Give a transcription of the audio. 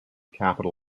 capital